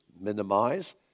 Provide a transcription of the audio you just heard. minimize